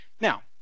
Now